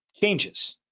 changes